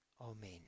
Amen